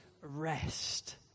rest